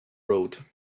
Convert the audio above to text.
road